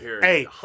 Hey